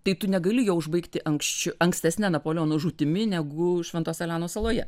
tai tu negali jo užbaigti anksč ankstesne napoleono žūtimi negu šventos elenos saloje